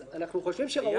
היה.